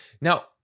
Now